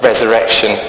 Resurrection